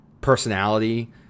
personality